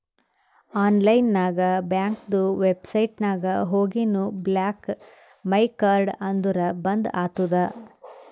online ನಾಗ್ ಬ್ಯಾಂಕ್ದು website ನಾಗ್ ಹೋಗಿನು ಬ್ಲಾಕ್ ಮೈ ಕಾರ್ಡ್ ಅಂದುರ್ ಬಂದ್ ಆತುದ